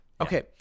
Okay